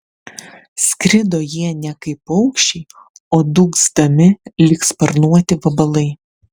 skrido jie ne kaip paukščiai o dūgzdami lyg sparnuoti vabalai